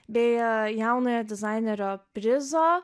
beje jaunojo dizainerio prizo